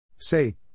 Say